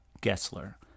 gessler